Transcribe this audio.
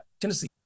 Tennessee